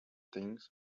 things